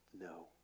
no